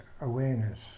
Awareness